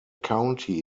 county